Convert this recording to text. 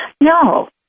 No